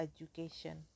education